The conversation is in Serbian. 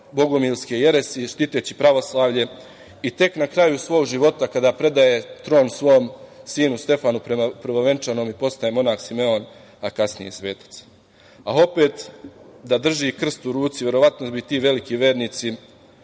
bogumilske jeresi štiteći pravoslavlje. Tek na kraju svog života, kada predaje tron svom sinu Stefanu Prvovenčanom postaje monah Simeon, a kasnije svetac. Opet, da drži krst u ruci, verovatno bi ti veliki vernici